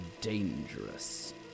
dangerous